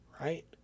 right